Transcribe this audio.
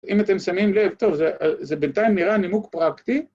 אם אתם שמים לב, טוב זה בינתיים נראה נימוק פרקטי